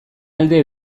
alde